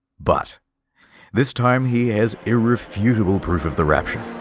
but this time he has a refutable proof of the rapture.